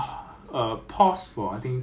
ya ya